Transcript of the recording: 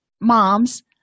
moms